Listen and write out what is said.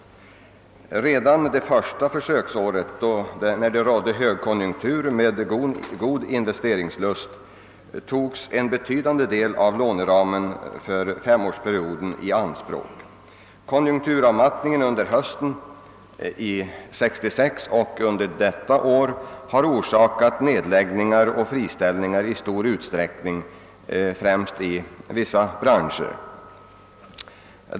Redan det första försöksåret, då det rådde högkonjunktur med god investeringslust, togs en betydande del av låneramen för femårsperioden i anspråk. Konjunkturavmattningen under hösten 1966 och under innevarande år har orsakat nedläggningar och friställningar i stor utsträckning inom vissa branscher.